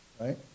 right